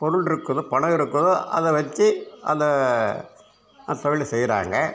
பொருள் இருக்குதோ பணம் இருக்கோ அதை வச்சு அந்த அந்த தொழிலை செய்கிறாங்க